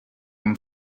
amb